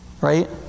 Right